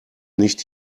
nicht